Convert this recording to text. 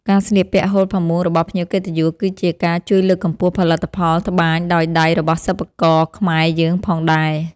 ការស្លៀកពាក់ហូលផាមួងរបស់ភ្ញៀវកិត្តិយស គឺជាការជួយលើកកម្ពស់ផលិតផលត្បាញដោយដៃរបស់សិប្បករខ្មែរយើងផងដែរ។